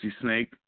snake